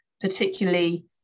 particularly